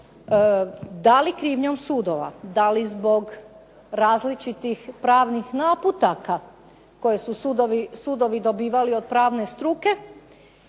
da li krivnjom sudova, da li zbog različitih pravnih naputaka koje su sudovi dobivali od pravne struke,